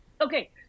okay